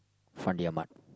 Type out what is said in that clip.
Fandi-Ahmad